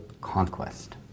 conquest